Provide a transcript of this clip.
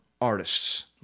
artists